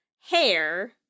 hair